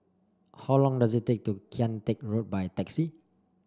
how long does it take to Kian Teck Road by taxi